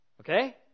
Okay